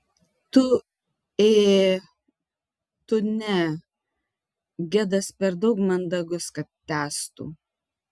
tu ė tu ne gedas per daug mandagus kad tęstų